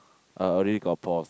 uh already got balls